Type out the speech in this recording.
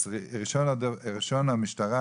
אז ראשון המשטרה,